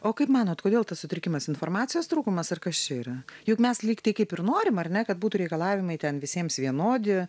o kaip manot kodėl tas sutrikimas informacijos trūkumas ar kas čia yra juk mes lygtai kaip ir norim ar ne kad būtų reikalavimai ten visiems vienodi